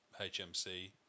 HMC